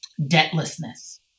debtlessness